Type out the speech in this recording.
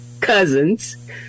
cousins